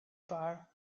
bar